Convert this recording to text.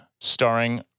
Starring